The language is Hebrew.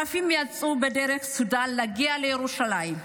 אלפים יצאו דרך סודן להגיע לירושלים,